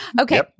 Okay